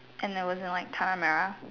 and I was in like Tanah-Merah